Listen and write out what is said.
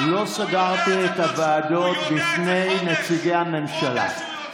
לא סגרתי את הוועדות בפני נציגי הממשלה.